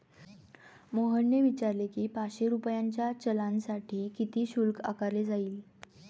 मोहनने विचारले की, पाचशे रुपयांच्या चलानसाठी किती शुल्क आकारले जाईल?